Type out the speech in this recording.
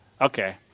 Okay